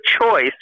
choice